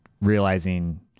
realizing